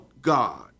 God